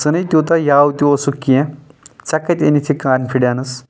ژٕ نٕے تیوٗتاہ یاوٕ تہِ اوسُکھ کینٛہہ ژےٚ کتہِ أنِتھ یہِ کانفڈیٚنٕس